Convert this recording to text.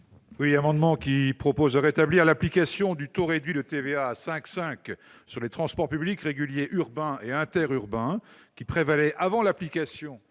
amendement vise à rétablir l'application du taux réduit de TVA à 5,5 % aux transports publics réguliers urbains et interurbains qui prévalait avant l'application